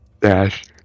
Dash